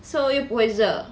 so 又不会热